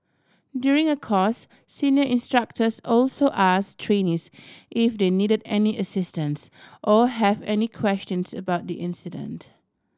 during a course senior instructors also ask trainees if they needed any assistance or have any questions about the incident